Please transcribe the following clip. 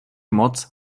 moc